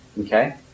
Okay